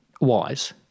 wise